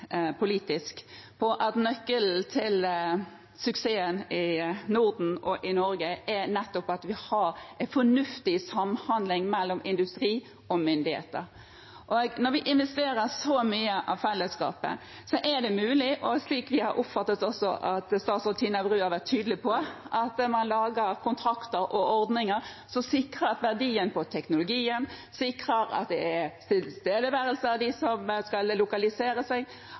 politisk om at nøkkelen til suksessen i Norden og i Norge nettopp er at vi har en fornuftig samhandling mellom industri og myndigheter. Når vi investerer så mye av fellesskapet, er det mulig – slik vi har oppfattet at også statsråd Tina Bru har vært tydelig på – å lage kontrakter og ordninger som sikrer verdien på teknologien, som sikrer at det er tilstedeværelse av dem som skal lokalisere seg,